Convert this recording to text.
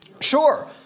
Sure